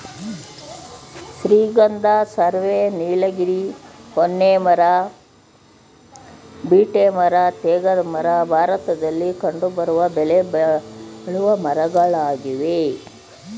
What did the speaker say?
ಶ್ರೀಗಂಧ, ಸರ್ವೆ, ನೀಲಗಿರಿ, ಹೊನ್ನೆ ಮರ, ಬೀಟೆ ಮರ, ತೇಗದ ಮರ ಭಾರತದಲ್ಲಿ ಕಂಡುಬರುವ ಬೆಲೆಬಾಳುವ ಮರಗಳಾಗಿವೆ